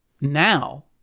now